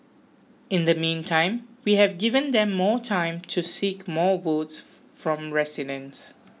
in the meantime we have given them more time to seek more votes from residents